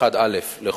אדוני היושב-ראש,